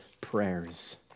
prayers